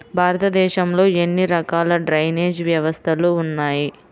భారతదేశంలో ఎన్ని రకాల డ్రైనేజ్ వ్యవస్థలు ఉన్నాయి?